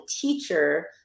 teacher